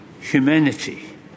humanity